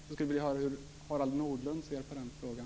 Jag skulle vilja höra hur Harald Nordlund ser på den frågan.